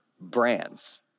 brands